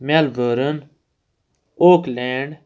Melbourne Oakland